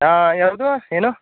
ಹಾಂ ಯಾವುದು ಏನು